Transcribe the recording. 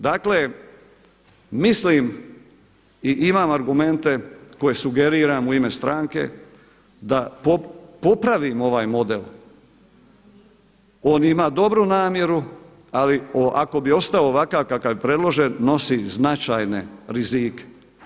Dakle mislim i imam argumente koje sugeriram u ime stranke da popravimo ovaj model, on ima dobru namjeru ali ako bi ostao ovakav kako je predložen, nosi značajne rizike.